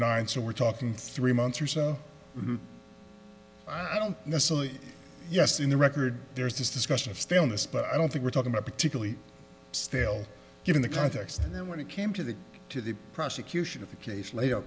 nine so we're talking three months or so i don't necessarily yes in the record there is this discussion of stillness but i don't think we're talking about particularly still given the context and then when it came to the to the prosecution of the case later